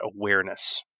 awareness